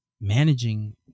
managing